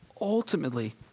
ultimately